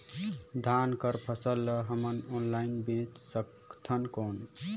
धान कर फसल ल हमन ऑनलाइन बेच सकथन कौन?